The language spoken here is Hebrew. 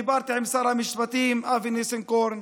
דיברתי עם שר המשפטים אבי ניסנקורן,